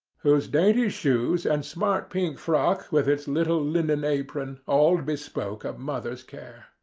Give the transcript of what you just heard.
whose dainty shoes and smart pink frock with its little linen apron all bespoke a mother's care.